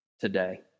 today